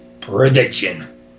prediction